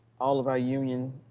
all of our union